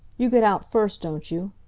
you get out first, don't you?